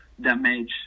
damage